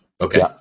Okay